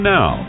Now